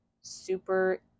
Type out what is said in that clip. super